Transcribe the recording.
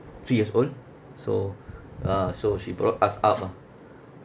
three years old so ah so she brought us up ah